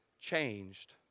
changed